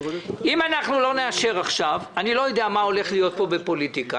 אם לא נאשר עכשיו אני לא יודע מה הולך להיות פה בפוליטיקה,